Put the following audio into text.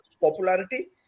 popularity